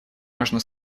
можно